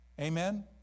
Amen